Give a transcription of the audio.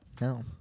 No